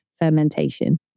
fermentation